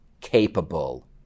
capable